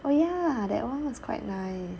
oh ya that [one] was quite nice